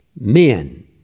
men